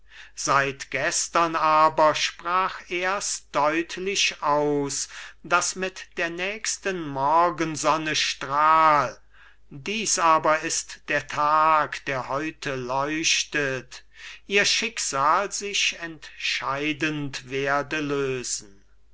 seit gestern aber sprach er's deutlich aus daß mit der nächsten morgensonne strahl dies aber ist der tag der heute leuchtet ihr schicksal sich entscheidend werde lösen